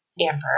Amber